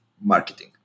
marketing